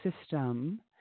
system